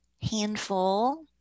handful